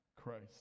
Christ